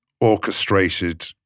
orchestrated